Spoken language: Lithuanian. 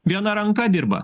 viena ranka dirba